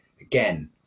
again